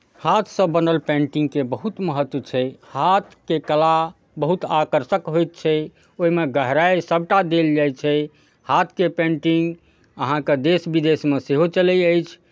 हाथसँ बनल पेन्टिंगके बहुत महत्व छै हाथके कला बहुत आकर्षक होइत छै ओहिमे गहराइ सभटा देल जाइ छै हाथके पेन्टिंग अहाँके देश विदेशमे सेहो चलैत अछि